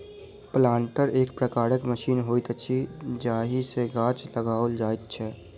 planter एक प्रकारक machine होइत अछि जाहि सॅ गाछ लगाओल जाइत छै